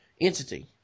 entity